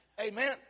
Amen